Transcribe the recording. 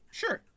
sure